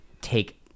take